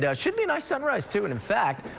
yeah should be a nice sunrise, too. and in fact,